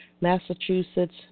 Massachusetts